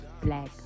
black